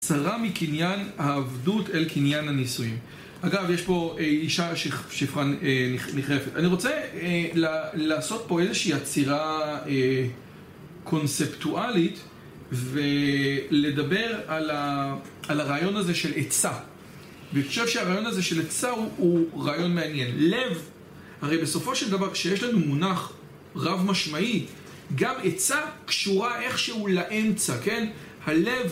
צרה מקניין העבדות אל קניין הנישואין. אגב יש פה אישה ששפרן נחרפת אני רוצה לעשות פה איזושהי עצירה קונספטואלית ולדבר על הרעיון הזה של עצה ואני חושב שהרעיון הזה של עצה הוא רעיון מעניין. לב, הרי בסופו של דבר כשיש לנו מונח רב משמעי גם עצה קשורה איכשהו לאמצע, כן? הלב...